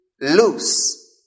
loose